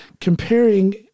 comparing